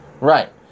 Right